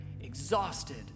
exhausted